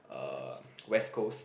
uh West Coast